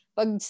pag